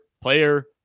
player